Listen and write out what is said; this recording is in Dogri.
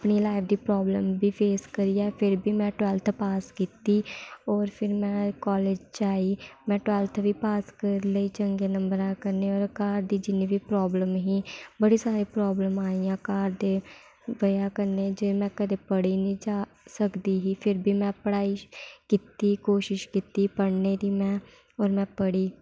अपनी लाईफ दी प्राब्लम बी फेस करियै फिर बी में टवैल्थ पास कीती होर फिर में कॉलेज च आई में टवैल्थ बी पास करी लेई चंगे नंबरें कन्नै होर घर दी जिन्नी बी प्राब्लम ही बड़ी सारी प्राब्लमां आइयां घर दे बजह कन्नै जे में कदें पढ़ी निं जा सकदी ही फिर बी में पढ़ाई कीती कोशश कीती पढ़ने दी में होर में पढ़ी